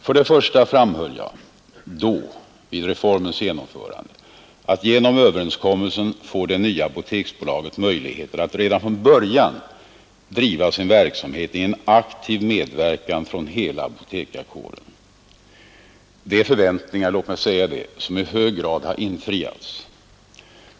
För det första framhöll jag vid reformens genomförande: ”Genom överenskommelsen får det nya apoteksbolaget möjlighet att redan från början driva sin verksamhet i en aktiv medverkan från hela apotekarkåren.” Det är förväntningar — låt mig säga det — som i hög grad har infriats.